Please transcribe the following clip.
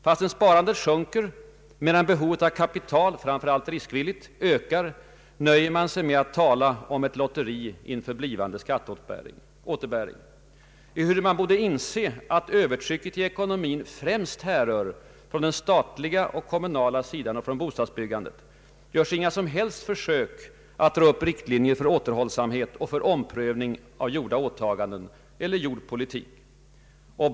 Fastän sparandet sjunker medan behovet av kapital, framför allt av riskvilligt slag, ökar, nöjer man sig med att tala om ett lotteri inför blivande skatteåterbäring. Ehuru man borde inse att övertrycket i ekonomin främst härrör från den statliga och kommunala sidan och från bostadsbyggandet görs inga som helst försök att dra upp riktlinjer för återhållsamhet och för omprövning av gjorda åtaganden eller förd politik.